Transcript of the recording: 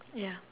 ya